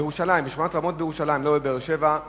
כן, בירושלים.